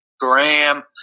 Graham